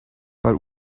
but